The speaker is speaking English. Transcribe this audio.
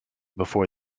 before